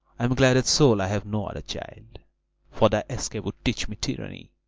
i am glad at soul i have no other child for thy escape would teach me tyranny,